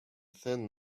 thin